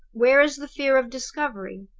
where is the fear of discovery?